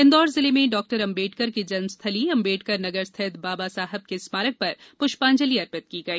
इंदौर जिले में डॉक्टर अंबेडकर की जन्मस्थली अंबेडकर नगर स्थित बाबा साहब के स्मारक पर पुष्पांजलि अर्पित की गई